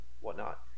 whatnot